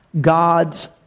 God's